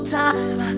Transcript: time